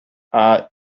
are